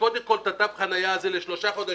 קודם כול את תו החניה הזה לשלושה חודשים,